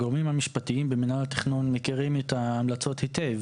הגורמים המשפטיים במינהל התכנון מכירים את ההמלצות היטב,